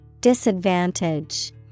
Disadvantage